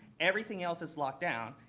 everything else is locked down.